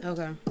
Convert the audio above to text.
Okay